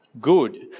good